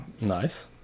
Nice